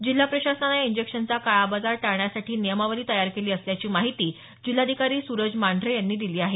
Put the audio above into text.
जिल्हा प्रशासनानं या इंजेक्शनचा काळाबाजार टाळण्यासाठी नियमावली तयार केली असल्याची माहिती जिल्हाधिकारी सुरज मांढरे यांनी दिली आहे